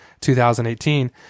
2018